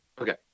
Okay